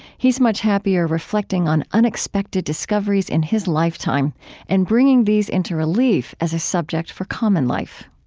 he's much happier reflecting on unexpected discoveries in his lifetime and bringing these into relief as a subject for common life